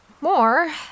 more